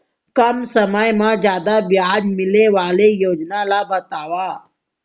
कम समय मा जादा ब्याज मिले वाले योजना ला बतावव